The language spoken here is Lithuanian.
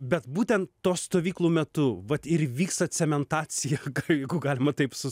bet būtent tuo stovyklų metu vat ir įvyksta cementacija jeigu galima taip su